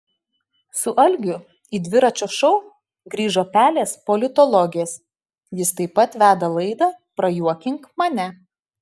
su algiu į dviračio šou grįžo pelės politologės jis taip pat veda laidą prajuokink mane